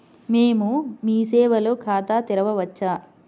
మేము మీ సేవలో ఖాతా తెరవవచ్చా?